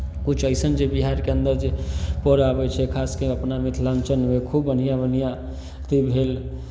किछु अइसन जे बिहारके अन्दर जे पर्व आबै छै खास कऽ अपना मिथलाञ्चलमे खूब बढ़िआँ बढ़िआँ अथी भेल